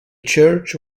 church